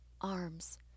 arms